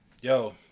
Yo